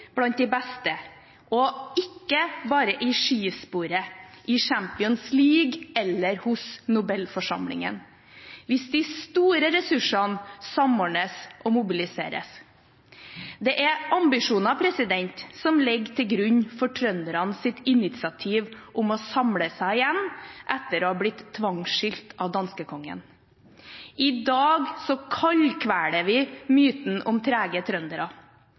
blant de beste, og ikke bare i skisporet, i Champions League eller hos nobelforsamlingen, hvis de store ressursene samordnes og mobiliseres. Det er ambisjoner som ligger til grunn for trøndernes initiativ til å samle seg igjen etter å ha blitt tvangsskilt av danskekongen. I dag kaldkveler vi myten om trege trøndere.